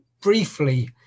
Briefly